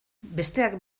besteak